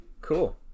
Cool